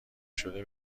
شده